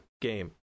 game